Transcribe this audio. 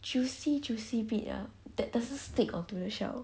juicy juicy bit that doesn't stick onto the shell